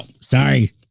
sorry